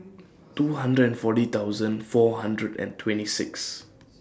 two hundred and forty thousand four hundred and twenty six